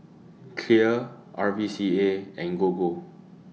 Clear R V C A and Gogo